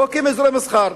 לא הקימה אזורי מסחר,